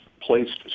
placed